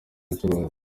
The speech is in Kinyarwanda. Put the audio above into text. umucuruzi